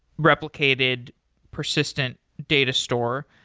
replicated persistent data store.